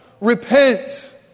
Repent